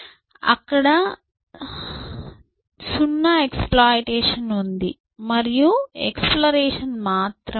అక్కడ 0 ఎక్సప్లోయిటేషన్ ఉంది మరియు ఎక్సప్లోరేషన్ మాత్రమే ఉంది